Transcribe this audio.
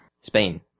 Spain